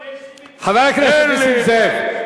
גילאון, יש לי, חבר הכנסת נסים זאב.